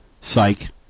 Psych